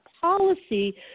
policy